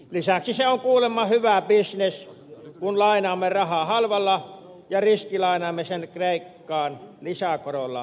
lisäksi se on kuulemma hyvä bisnes kun lainaamme rahaa halvalla ja riskilainaamme sen kreikkaan lisäkorolla varustettuna